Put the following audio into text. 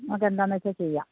അത് എന്താന്ന് വെച്ചാൽ ചെയ്യാം